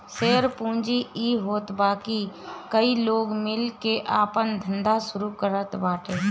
share पूंजी इ होत बाकी कई लोग मिल के आपन धंधा शुरू करत बाटे